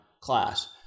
class